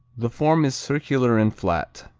the form is circular and flat,